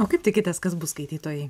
o kaip tikitės kas bus skaitytojai